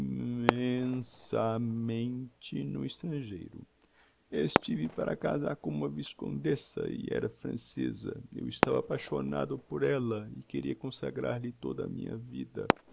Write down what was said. im men sa mente no estrangeiro estive para casar com uma viscondessa e era francêsa eu estava apaixonado por ella e queria consagrar lhe toda a minha vida